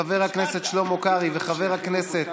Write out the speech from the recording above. חבר הכנסת שלמה קרעי וחבר הכנסת